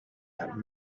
that